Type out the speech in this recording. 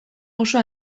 oso